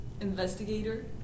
investigator